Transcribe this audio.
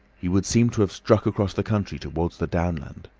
he would seem to have struck across the country towards the downland.